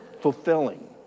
fulfilling